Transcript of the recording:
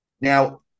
Now